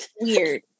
weird